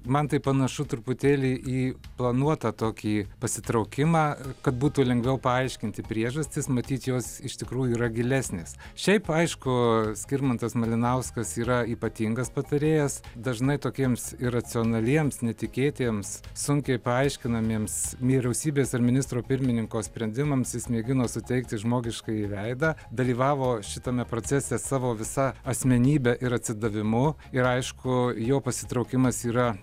man tai panašu truputėlį į planuotą tokį pasitraukimą kad būtų lengviau paaiškinti priežastis matyt jos iš tikrųjų yra gilesnės šiaip aišku skirmantas malinauskas yra ypatingas patarėjas dažnai tokiems iracionaliems netikėtiems sunkiai paaiškinamiems vyriausybės ar ministro pirmininko sprendimams jis mėgino suteikti žmogiškąjį veidą dalyvavo šitame procese savo visa asmenybe ir atsidavimu ir aišku jo pasitraukimas yra